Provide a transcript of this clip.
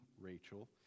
Rachel